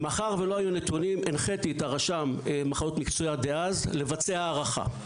מאחר ולא היו נתונים הנחיתי את הרשם למחלות מקצוע דאז לבצע הערכה,